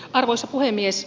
arvoisa puhemies